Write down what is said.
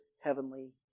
heavenly